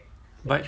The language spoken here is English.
!huh!